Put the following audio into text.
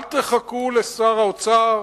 אל תחכו לשר האוצר,